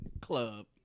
club